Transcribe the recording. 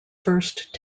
first